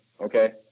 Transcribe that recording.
okay